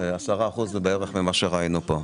שהם כ-10%, בערך, ממה שראינו פה.